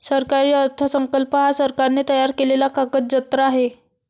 सरकारी अर्थसंकल्प हा सरकारने तयार केलेला कागदजत्र आहे